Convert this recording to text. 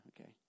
okay